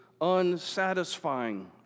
unsatisfying